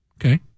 Okay